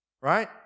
Right